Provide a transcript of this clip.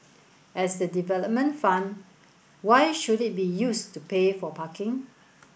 as a development fund why should it be used to pay for parking